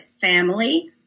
family